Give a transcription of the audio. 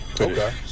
Okay